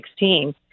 2016